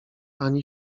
ani